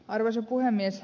arvoisa puhemies